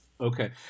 Okay